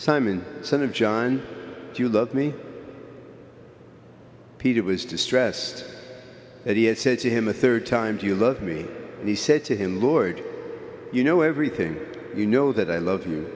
simon senator john do you love me peter was distressed that he had said to him a rd time do you love me and he said to him lord you know everything you know that i love you